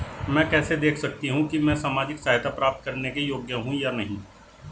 मैं कैसे देख सकती हूँ कि मैं सामाजिक सहायता प्राप्त करने के योग्य हूँ या नहीं?